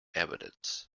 evidence